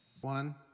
One